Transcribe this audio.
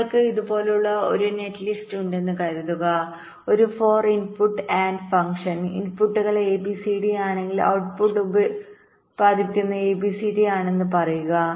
നിങ്ങൾക്ക് ഇതുപോലുള്ള ഒരു നെറ്റ്ലിസ്റ്റ് ഉണ്ടെന്ന് കരുതുക ഒരു 4 ഇൻപുട്ട് AND ഫംഗ്ഷൻ ഇൻപുട്ടുകൾ A B C D ആണെങ്കിൽ ഔട്ട്പുട്ട് ഉത്പാദിപ്പിക്കുന്നത് ABCD ആണെന്ന് പറയുക